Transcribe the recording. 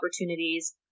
opportunities